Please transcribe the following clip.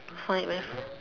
find with